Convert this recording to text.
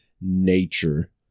nature